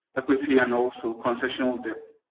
equity and also concessional debt.